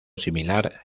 similar